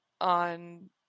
on